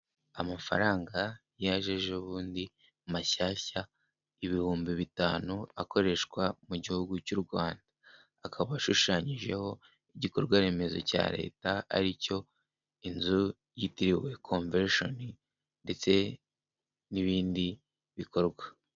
Amafaranga yaje ejo bundi mashyashya ibihumbi bitanu akoreshwa mu gihugu cy'u Rwanda, akaba ashushanyijeho igikorwa remezo cya leta, ari cyo inzu yitiriwe Convention ndetse n'ibindi bikorwa.